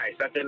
nice